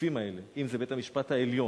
הגופים האלה, אם זה בית-המשפט העליון